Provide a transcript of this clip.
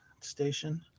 station